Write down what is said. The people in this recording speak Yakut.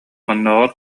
оннооҕор